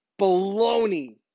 Baloney